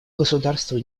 государству